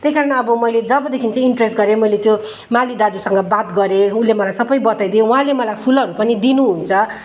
त्यहीकारण अब मैले जबदेखि चाहिँ इन्ट्रेस्ट गरेँ मैले त्यो माली दाजुसँग बात गरेँ उसले मलाई सबै बताइदियो उहाँले मलाई फुलहरू पनि दिनुहुन्छ